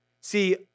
See